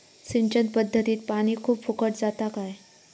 सिंचन पध्दतीत पानी खूप फुकट जाता काय?